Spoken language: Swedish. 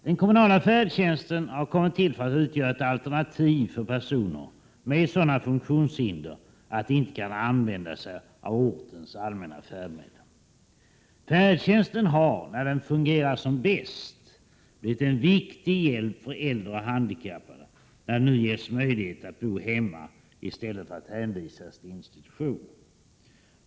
Den kommunala färdtjänsten har kommit till för att utgöra ett alternativ för personer med sådana funktionshinder att de inte kan använda sig av ortens allmänna färdmedel. Färdtjänsten har, när den fungerar som bäst, blivit en viktig hjälp för äldre och handikappde, när de nu ges möjligheter att bo hemma i stället för att hänvisas till institutioner.